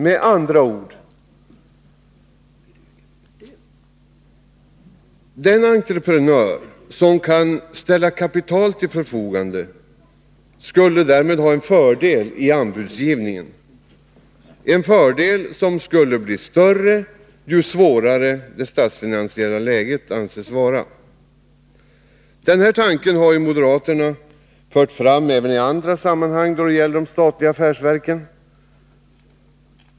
Med andra ord: Den entreprenör som kan ”ställa kapital till förfogande” skulle därmed ha en fördel i anbudsgivningen — en fördel som skulle bli större ju svårare det statsfinansiella läget anses vara. Den här tanken har moderaterna fört fram även i andra sammanhang då det gäller de statliga affärsverken.